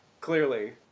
Clearly